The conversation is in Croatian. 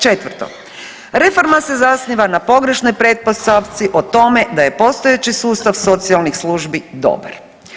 Četvrto, reforma se zasniva na pogrešnoj pretpostavci o tome da je postojeći sustav socijalnih službi dobar.